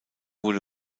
wurde